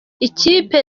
ikipi